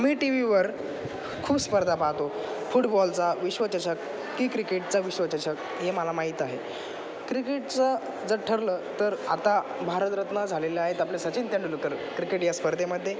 मी T V वर खूप स्पर्धा पाहतो फुटबॉलचा विश्वचषक कि क्रिकेटचा विश्वचषक हे मला माहीत आहे क्रिकेटच जर ठरलं तर आता भारतरत्न झालेला आहेत आपले सचिन तेंडुलकर क्रिकेट या स्पर्धेमध्ये